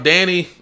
Danny